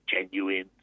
genuine